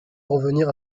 revenir